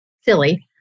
silly